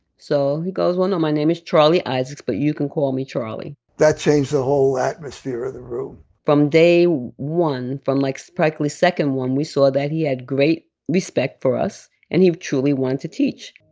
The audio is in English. so he goes, well, no. my name is charlie isaacs, but you can call me charlie that changed the whole atmosphere of the room from day one, from, like, practically second one, we saw that he had great respect for us and he truly wanted to teach